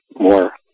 more